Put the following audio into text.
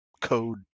code